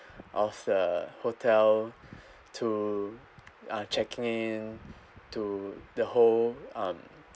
of the hotel to uh checking in to the whole um